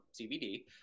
CBD